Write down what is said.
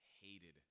hated